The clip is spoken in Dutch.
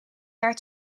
jaar